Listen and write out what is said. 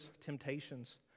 temptations